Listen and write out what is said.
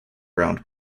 ground